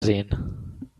sehen